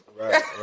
Right